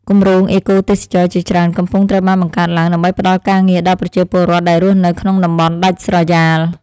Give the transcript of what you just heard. គម្រោងអេកូទេសចរណ៍ជាច្រើនកំពុងត្រូវបានបង្កើតឡើង ដើម្បីផ្តល់ការងារដល់ប្រជាពលរដ្ឋដែលរស់នៅក្នុងតំបន់ដាច់ស្រយាល។